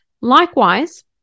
Likewise